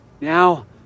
Now